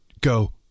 Go